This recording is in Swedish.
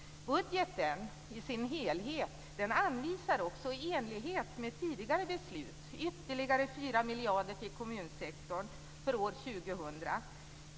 Budgeten i sin helhet anvisar också i enlighet med tidigare beslut ytterligare 4 miljarder till kommunsektorn för år 2000.